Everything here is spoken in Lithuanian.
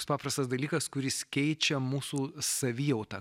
paprastas dalykas kuris keičia mūsų savijautą